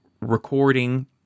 recording